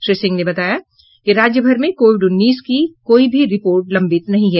श्री सिंह ने बताया कि राज्यभर में कोविड उन्नीस जांच की कोई भी रिपोर्ट लंबित नहीं है